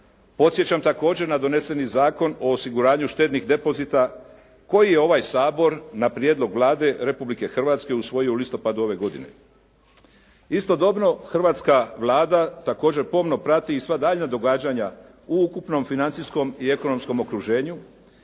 Podsjećam također na doneseni Zakon o osiguranju štednih depozita koji je ovaj Sabor na prijedlog Vlade Republike Hrvatske usvojio u listopadu ove godine. Istodobno, hrvatska Vlada također pomno prati i sva daljnja događanja u ukupnom financijskom i ekonomskom okruženju